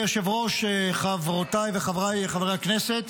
חבריי חברי הכנסת,